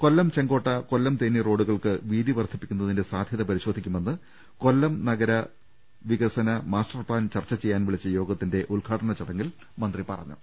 കൊല്ലം ചെങ്കോട്ട കൊല്ലം തേനി റോഡുകൾക്ക് വീതി വർദ്ധി പ്പിക്കുന്നതിന്റെ സാധൃത പരിശോധിക്കുമെന്ന് കൊല്ലം നഗര വിക സന മാസ്റ്റർ പ്ലാൻ ചർച്ച ചെയ്യാൻ വിളിച്ച യോഗത്തിന്റെ ഉദ്ഘാടന ചടങ്ങിൽ മന്ത്രി പറഞ്ഞു